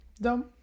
dumb